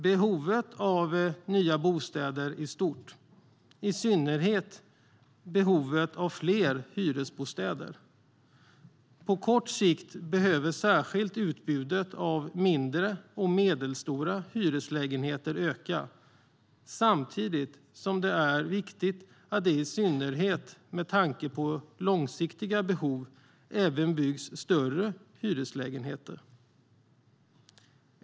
Behovet av nya bostäder är stort, i synnerhet behovet av fler hyresbostäder. På kort sikt behöver särskilt utbudet av mindre och medelstora hyreslägenheter öka, samtidigt som det är viktigt att det, i synnerhet med tanke på långsiktiga behov, även byggs större hyreslägenheter.